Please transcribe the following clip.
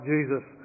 Jesus